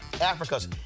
Africa's